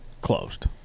Closed